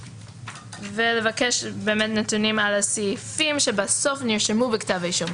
ובקשת נתונים על הסעיפים שבסוף נרשמו בכתב האישום.